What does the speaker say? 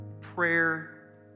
prayer